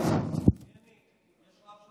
יש רב בדובאי.